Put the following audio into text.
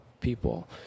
people